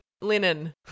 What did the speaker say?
linen